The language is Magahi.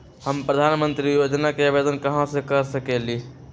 हम प्रधानमंत्री योजना के आवेदन कहा से कर सकेली?